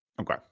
Okay